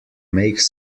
make